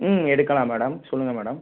ம் எடுக்கலாம் மேடம் சொல்லுங்கள் மேடம்